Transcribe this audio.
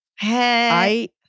Hey